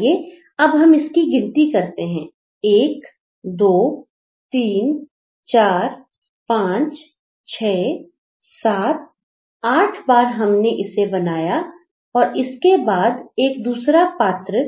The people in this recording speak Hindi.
आइए अब हम इसकी गिनती करते हैं एक दो तीन चार पांच छह सात आठ बार हमने इसे बनाया और इसके बाद एक दूसरा पात्र